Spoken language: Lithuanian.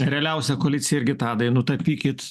realiausia koalicija irgi tadai nutapykit